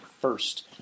first